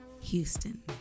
Houston